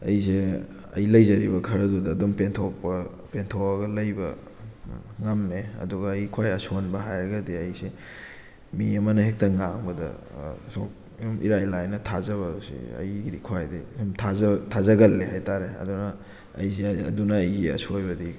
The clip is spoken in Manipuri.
ꯑꯩꯁꯦ ꯑꯩꯒꯤ ꯂꯩꯖꯔꯤꯕ ꯈꯔꯗꯨꯗ ꯑꯗꯨꯝ ꯄꯦꯟꯊꯣꯛꯄ ꯄꯦꯟꯊꯣꯛꯑꯒ ꯂꯩꯕ ꯉꯝꯃꯦ ꯑꯗꯨꯒ ꯑꯩ ꯈ꯭ꯋꯥꯏ ꯑꯁꯣꯟꯕ ꯍꯥꯏꯔꯒꯗꯤ ꯑꯩꯁꯦ ꯃꯤ ꯑꯃꯅ ꯍꯦꯛꯇ ꯉꯥꯡꯕꯗ ꯁꯨꯝ ꯏꯔꯥꯏ ꯂꯥꯏꯅ ꯊꯥꯖꯕꯁꯦ ꯑꯩꯒꯤꯗꯤ ꯈ꯭ꯋꯥꯏꯗꯒꯤ ꯁꯨꯝ ꯊꯥꯒꯜꯂꯦ ꯍꯥꯏꯇꯥꯔꯦ ꯑꯗꯨꯅ ꯑꯩꯁꯦ ꯑꯗꯨꯅ ꯑꯩꯒꯤ ꯑꯁꯣꯏꯕꯗꯤ